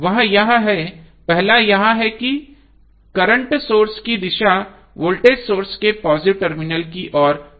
वह यह है पहला यह है कि करंट सोर्स की दिशा वोल्टेज सोर्स के पॉजिटिव टर्मिनल की ओर निर्देशित है